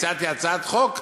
הצעתי הצעת חוק,